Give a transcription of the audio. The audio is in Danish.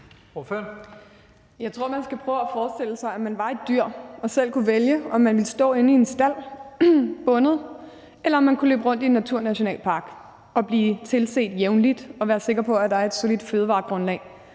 Jeg tror, man skal prøve at forestille sig, at man var et dyr og selv kunne vælge, om man ville stå bundet inde i en stald, eller om man kunne løbe rundt i en naturnationalpark og blive tilset jævnligt og være sikker på, at der var et solidt fødegrundlag.